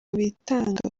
bitanga